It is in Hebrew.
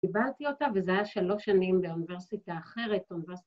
‫קיבלתי אותה וזה היה שלוש שנים ‫באוניברסיטה אחרת, באוניברסיטת...